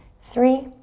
three,